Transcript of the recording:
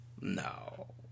no